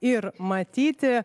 ir matyti